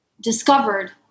discovered